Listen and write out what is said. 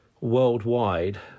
worldwide